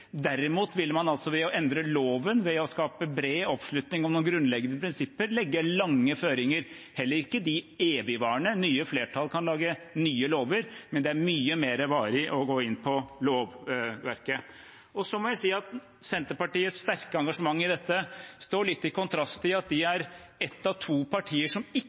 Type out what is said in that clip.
Derimot ville man altså ved å endre loven, ved å skaffe bred oppslutning om noen grunnleggende prinsipper, legge lange føringer – heller ikke de evigvarende, nye flertall kan lage nye lover – men det er mye mer varig å gå inn på lovverket. Så må jeg si at Senterpartiets sterke engasjement i dette står litt i kontrast til at de er ett av to partier som